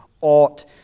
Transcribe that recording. ought